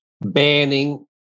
banning